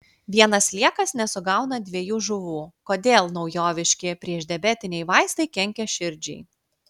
vienas sliekas nesugauna dviejų žuvų kodėl naujoviški priešdiabetiniai vaistai kenkia širdžiai